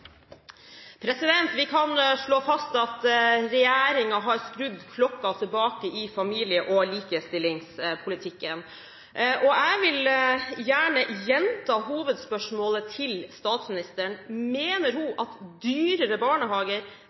kan slå fast at regjeringen har skrudd klokken tilbake i familie- og likestillingspolitikken. Jeg vil gjerne gjenta hovedspørsmålet til statsministeren. Mener hun at dyrere barnehager,